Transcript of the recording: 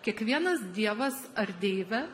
kiekvienas dievas ar deivė